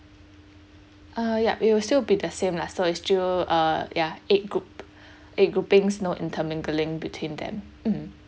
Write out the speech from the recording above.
uh yup it will still be the same lah so it's still uh ya eight group eight groupings no intermingling between them mm